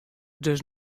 dus